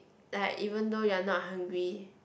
like even though you are not hungry